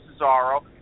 Cesaro